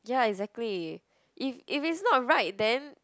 ya exactly if if it's not right then